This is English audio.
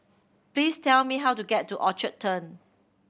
please tell me how to get to Orchard Turn